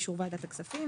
באישור ועדת הכספים,